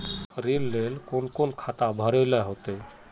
ऋण लेल कोन कोन खाता भरेले होते?